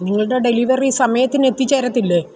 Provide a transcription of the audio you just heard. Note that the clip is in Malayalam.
നിങ്ങളുടെ ഡെലിവറി സമയത്തിനു എത്തിച്ചേരത്തില്ലേ